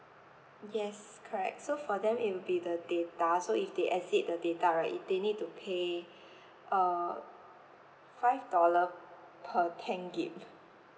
yes correct so for them it will be the data so if they exceed the data right they need to pay uh five dollar per ten gig